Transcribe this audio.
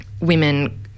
women